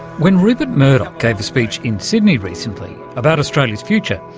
when rupert murdoch gave a speech in sydney recently about australia's future,